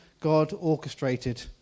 God-orchestrated